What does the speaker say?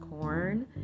corn